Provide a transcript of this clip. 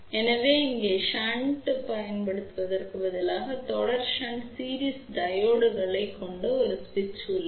எனவே இங்கே தொடர் ஷண்ட்டைப் பயன்படுத்துவதற்குப் பதிலாக ஒரு தொடர் ஷன்ட் சீரிஸ் டையோட்களைக் கொண்ட ஒரு சுவிட்ச் உள்ளது